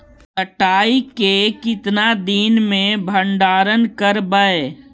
कटाई के कितना दिन मे भंडारन करबय?